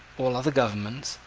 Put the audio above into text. all other governments,